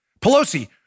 Pelosi